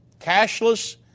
Cashless